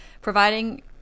providing